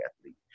athletes